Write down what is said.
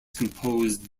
composed